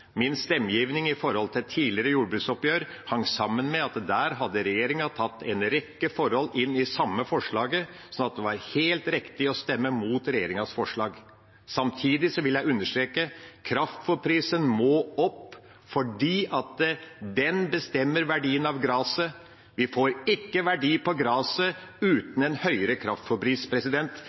Min stemmegivning når det gjelder tidligere jordbruksoppgjør, hang sammen med at regjeringa der hadde tatt en rekke forhold inn i det samme forslaget, så det var helt riktig å stemme mot regjeringas forslag. Samtidig vil jeg understreke: Kraftfôrprisen må opp, for den bestemmer verdien av graset. Vi får ikke verdi på graset uten en høyere